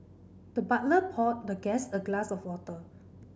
the butler poured the guest a glass of water